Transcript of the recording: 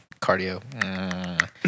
cardio